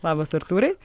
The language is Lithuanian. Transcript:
labas artūrai